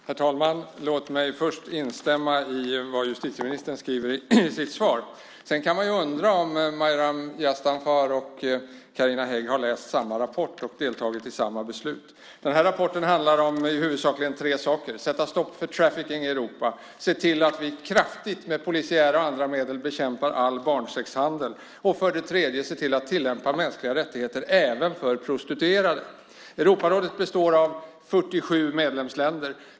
Herr talman! Låt mig först instämma i vad justitieministern skriver i sitt svar. Sedan kan man undra om Maryam Yazdanfar och Carina Hägg har läst samma rapport och deltagit i samma beslut. Den här rapporten handlar huvudsakligen om tre saker, nämligen att sätta stopp för trafficking i Europa, se till att vi med polisiära och andra medel kraftigt bekämpar all barnsexhandel och se till att tillämpa mänskliga rättigheter även för prostituerade. Europarådet består av 47 medlemsländer.